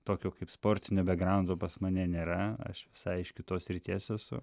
tokio kaip sportinio bekgraundo pas mane nėra aš visai iš kitos srities esu